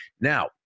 Now